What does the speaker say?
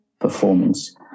performance